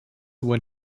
when